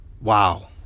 wow